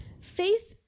Faith